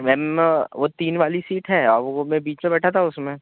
ma'am वो तीन वाली सीट है और वो मैं बीच में बैठा था उसमें